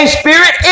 spirit